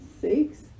six